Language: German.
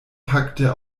packte